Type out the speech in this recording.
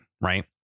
right